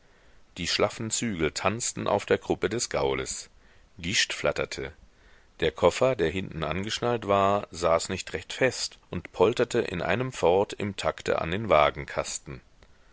die schlaffen zügel tanzten auf der kruppe des gaules gischt flatterte der koffer der hinten angeschnallt war saß nicht recht fest und polterte in einem fort im takte an den